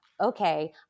okay